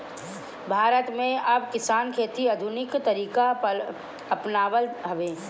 भारत में अब किसान खेती के आधुनिक तरीका अपनावत हवे